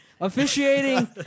officiating